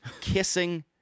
kissing